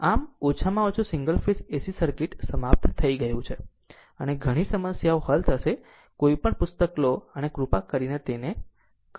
આમ ઓછામાં ઓછું સિંગલ ફેઝ AC સર્કિટ સમાપ્ત થઈ ગયું છે અને ઘણી સમસ્યાઓ હલ થશે કોઈપણ પુસ્તક લે છે અને કૃપા કરીને તેને કરો